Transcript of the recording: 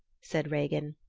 said regin.